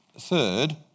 third